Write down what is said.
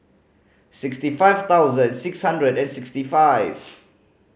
sixty five thousand six hundred and sixty five